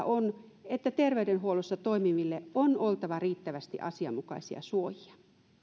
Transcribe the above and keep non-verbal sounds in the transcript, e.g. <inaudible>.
<unintelligible> on että terveydenhuollossa toimiville on oltava riittävästi asianmukaisia suojia